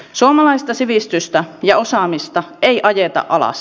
suomalaista sivistystä ja osaamista ei ajeta alas